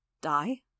Die